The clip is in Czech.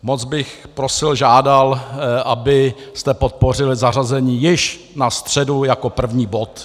Moc bych prosil, žádal, abyste podpořili zařazení již na středu jako první bod.